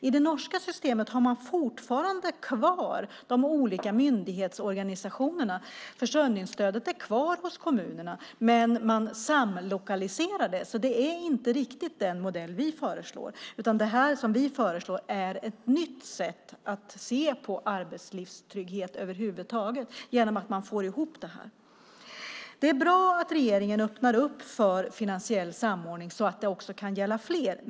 I det norska systemet har man fortfarande kvar de olika myndighetsorganisationerna. Försörjningsstödet är kvar hos kommunerna, men man samlokaliserar det. Det är inte riktigt den modell vi föreslår. Det som vi föreslår är ett nytt sätt att se på arbetslivstrygghet över huvud taget genom att man får ihop detta. Det är bra att regeringen öppnar för finansiell samordning så att det också kan gälla fler.